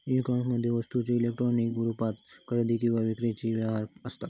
E कोमर्समध्ये वस्तूंचे electronic रुपात खरेदी किंवा विक्रीचे व्यवहार असत